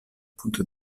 punto